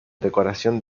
decoración